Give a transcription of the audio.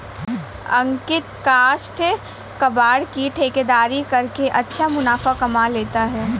अंकित काष्ठ कबाड़ की ठेकेदारी करके अच्छा मुनाफा कमा लेता है